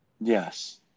Yes